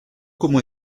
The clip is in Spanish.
como